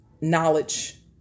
knowledge